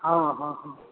हाँ हाँ हाँ